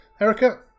erica